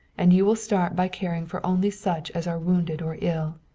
and you will start by caring for only such as are wounded or ill.